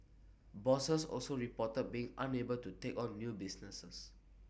bosses also reported being unable to take on new businesses